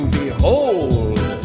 behold